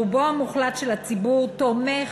רובו המוחלט של הציבור תומך,